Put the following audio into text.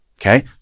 Okay